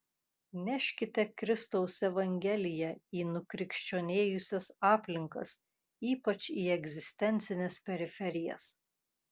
neškite kristaus evangeliją į nukrikščionėjusias aplinkas ypač į egzistencines periferijas